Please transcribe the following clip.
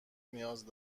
نیاز